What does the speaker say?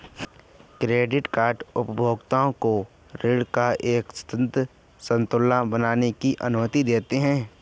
credit card उपभोक्ताओं को ऋण का एक सतत संतुलन बनाने की अनुमति देते हैं